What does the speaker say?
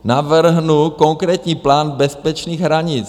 Navrhnu konkrétní plán bezpečných hranic.